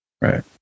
Right